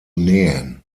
nähen